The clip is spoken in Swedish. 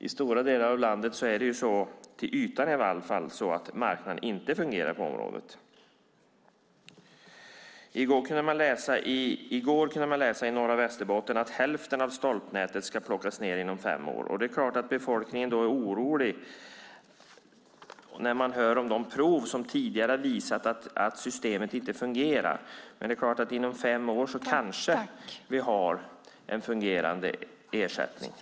I stora delar av landet är det, till ytan i all fall, så att marknaden inte fungerar på området. I går kunde man läsa i Norra Västerbotten att hälften av stolpnätet ska plockas ned inom fem år. Det är klart att befolkningen är orolig när man hör om de prov som tidigare visat att systemet inte fungerar. Inom fem år kanske vi har en fungerande ersättning.